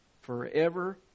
forever